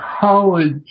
college